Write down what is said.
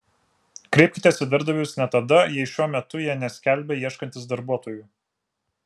kreipkitės į darbdavius net tada jei šiuo metu jie neskelbia ieškantys darbuotojų